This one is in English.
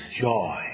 joy